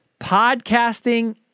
podcasting